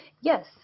Yes